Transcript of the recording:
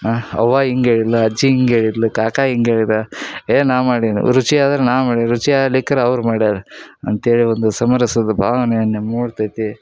ಆಂ ಅವ್ವ ಹಿಂಗ್ ಹೇಳಿದ್ಲ್ ಅಜ್ಜಿ ಹಿಂಗ್ ಹೇಳಿದ್ಲು ಕಾಕಾ ಹಿಂಗ್ ಹೇಳಿದ ಏಯ್ ನಾನು ಮಾಡಿದ್ ರುಚಿಯಾದ್ರೆ ನಾನು ಮಾಡಿದ್ ರುಚಿಯಾಗ್ಲಿಕ್ಕರ ಅವ್ರು ಮಾಡ್ಯಾರೆ ಅಂತೇಳಿ ಒಂದು ಸಮರಸದ ಭಾವನೆಯನ್ನು ಮೂಡ್ತೈತಿ